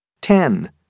ten